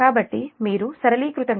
కాబట్టి మీరు సరళీకృతం చేస్తే Ia j0